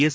S